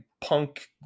punk